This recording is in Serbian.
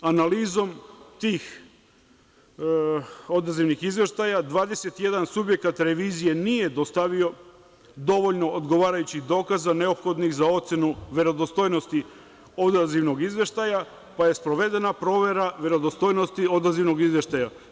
Analizom tih odazivnih izveštaja, 21 subjekat revizije nije dostavio dovoljno odgovarajućih dokaza neophodnih za ocenu verodostojnosti odazivnog izveštaja, pa je sprovedena provera verodostojnosti odazivnog izveštaja.